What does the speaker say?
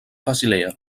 basilea